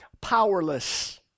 powerless